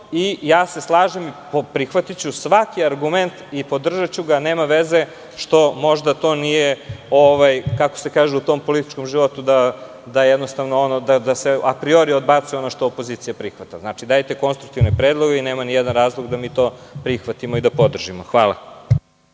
Slažem se, prihvatiću svaki argument i podržaću ga. Nema veze što možda to nije, kako se kaže u tom političkom životu, ono da se apriori odbacuje ono što opozicija prihvata. Znači, dajte konstruktivne predloge i nema ni jedan razlog da mi to prihvatimo i da podržimo. Hvala.